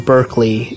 Berkeley